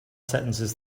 sentences